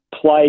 play